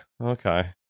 okay